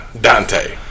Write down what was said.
Dante